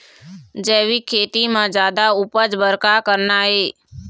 जैविक खेती म जादा उपज बर का करना ये?